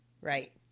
Right